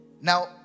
Now